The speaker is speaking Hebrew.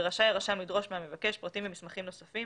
ורשאי הרשם לדרוש מן המבקש פרטים ומסמכים נוספים